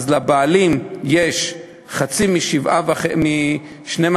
לבעלים כבר יש חצי מ-12.5%,